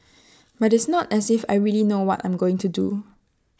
but it's not as if I really know what I'm going to do